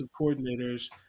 coordinators